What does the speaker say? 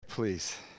please